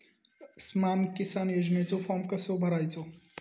स्माम किसान योजनेचो फॉर्म कसो भरायचो?